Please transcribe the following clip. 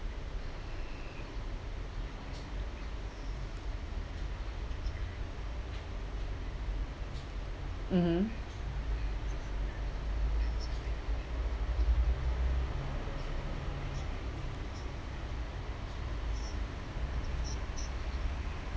mmhmm